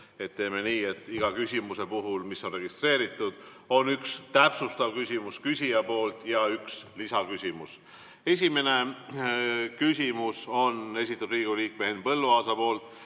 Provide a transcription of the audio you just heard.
teeme nii, et iga küsimuse puhul, mis on registreeritud, on üks täpsustav küsimus küsijalt ja üks lisaküsimus. Esimese küsimuse on esitanud Riigikogu liige Henn Põlluaas.